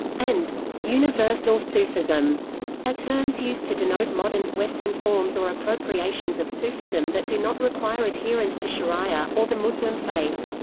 and universal sufism are ah terms used to denote modern, western forms or appropriations of sufism that do not require adherence to shariah, or the muslim faith.